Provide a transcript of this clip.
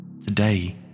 Today